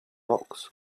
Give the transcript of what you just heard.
rocks